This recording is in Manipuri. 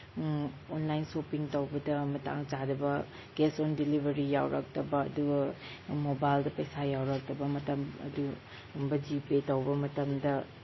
ꯑꯣꯟꯂꯥꯏꯟ ꯁꯣꯄꯤꯡ ꯇꯧꯕꯗ ꯃꯇꯥꯡ ꯆꯥꯗꯕ ꯀꯦꯁ ꯑꯣꯟ ꯗꯤꯂꯤꯚꯔꯤ ꯌꯥꯎꯔꯛꯇꯕ ꯑꯗꯨꯒ ꯃꯣꯕꯥꯏꯜꯗ ꯄꯩꯁꯥ ꯌꯥꯎꯔꯛꯇꯕ ꯃꯇꯝ ꯑꯗꯨꯒꯨꯝꯕ ꯖꯤ ꯄꯦ ꯇꯧꯕ ꯃꯇꯝꯗ